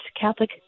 Catholic